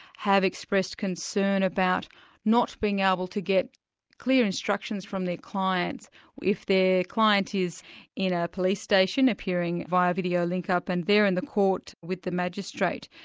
have expressed concern about not being able to get clear instructions from their clients if their client is in a police station appearing via video link-up, than and there in the court with the magistrate.